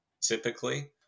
typically